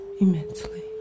immensely